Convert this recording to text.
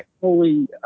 holy